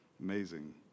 amazing